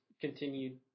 continued